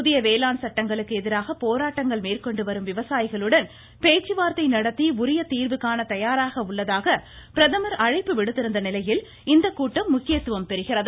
புதிய வேளாண் சட்டங்களுக்கு எதிராக போராட்டங்கள் மேற்கொண்டு வரும் விவசாயிகளுடன் பேச்சுவார்த்தை நடத்தி உரிய தீர்வு காண தயாராக உள்ளதாக பிரதமர் அழைப்பு விடுத்திருந்த நிலையில் இந்த கூட்டம் முக்கியத்துவம் பெறுகிறது